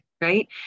Right